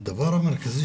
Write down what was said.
מוגבלויות.